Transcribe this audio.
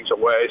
away